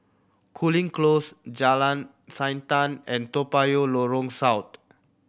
Cooling Close Jalan Siantan and Toa Payoh South